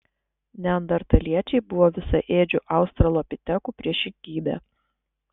neandertaliečiai buvo visaėdžių australopitekų priešingybė